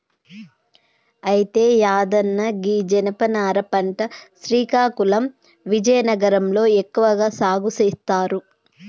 అయితే యాదన్న గీ జనపనార పంట శ్రీకాకుళం విజయనగరం లో ఎక్కువగా సాగు సేస్తారు